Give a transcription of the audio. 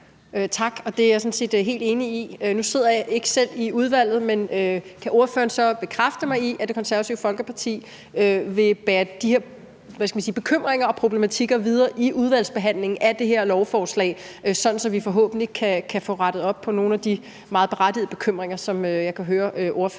Tak. Det er jeg sådan set helt enig i. Nu sidder jeg ikke selv i udvalget, men kan ordføreren så bekræfte mig i, at Det Konservative Folkeparti vil bære de her bekymringer og problematikker videre i udvalgsbehandlingen af det her lovforslag, sådan at vi forhåbentlig kan få rettet op på nogle af de meget berettigede bekymringer, som jeg kan høre ordføreren